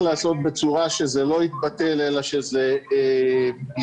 לעשות בצורה שזה לא יתבטל אלא שזה ידובר,